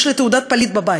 יש לה תעודת פליט בבית.